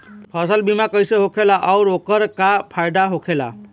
फसल बीमा कइसे होखेला आऊर ओकर का फाइदा होखेला?